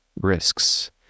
risks